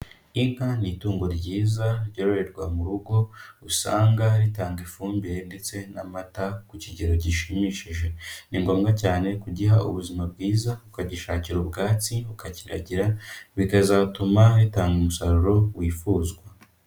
Inka ni itungo ryiza ryororerwa mu rugo usanga ritanga ifumbire ndetse n'amata ku kigero gishimishije, ni ngombwa cyane kugiha ubuzima bwiza ukagishakira ubwatsi ukakiragira bikazatuma ritanga umusaruro wifuzwa.